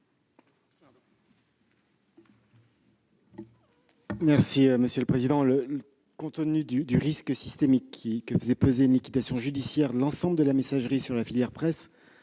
du Gouvernement ? Compte tenu du risque systémique que faisait peser une liquidation judiciaire de l'ensemble de la messagerie sur la filière presse,